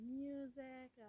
music